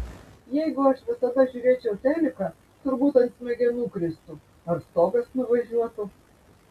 jeigu aš visada žiūrėčiau teliką turbūt ant smegenų kristų ar stogas nuvažiuotų